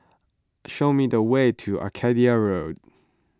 show me the way to Arcadia Road